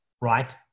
right